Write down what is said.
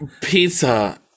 Pizza